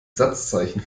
satzzeichen